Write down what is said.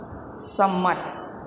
સંમત